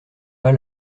pas